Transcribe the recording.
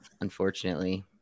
unfortunately